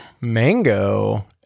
Mango